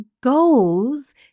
goals